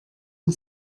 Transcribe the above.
war